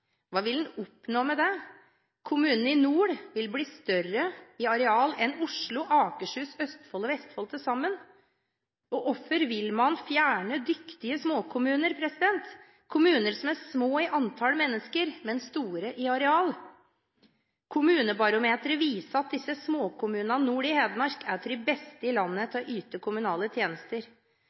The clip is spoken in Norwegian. Hva vil en oppnå med det? Kommunen i nord vil bli større i areal enn Oslo, Akershus, Østfold og Vestfold til sammen. Hvorfor vil man fjerne dyktige småkommuner? Kommuner som er små i antall mennesker, men store i areal. Kommunebarometeret viser at disse småkommunene nord i Hedmark er av de beste i landet til å yte kommunale tjenester.